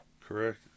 Correct